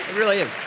really